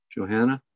Johanna